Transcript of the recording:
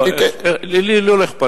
לי לא אכפת.